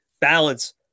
balance